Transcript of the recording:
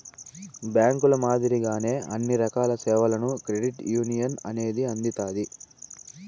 బ్యాంకుల మాదిరిగానే అన్ని రకాల సేవలను క్రెడిట్ యునియన్ అనేది అందిత్తాది